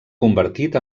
convertit